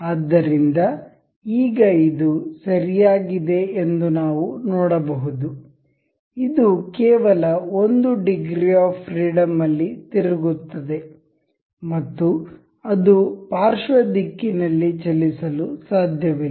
ಆದ್ದರಿಂದ ಈಗ ಇದು ಸರಿಯಾಗಿದೆ ಎಂದು ನಾವು ನೋಡಬಹುದು ಇದು ಕೇವಲ ಒಂದು ಡಿಗ್ರಿ ಆಫ್ ಫ್ರೀಡಂ ಅಲ್ಲಿ ತಿರುಗುತ್ತದೆ ಮತ್ತು ಅದು ಪಾರ್ಶ್ವ ದಿಕ್ಕಿನಲ್ಲಿ ಚಲಿಸಲು ಸಾಧ್ಯವಿಲ್ಲ